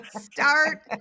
start